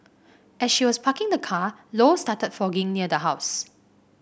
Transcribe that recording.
as she was parking the car Low started fogging near the house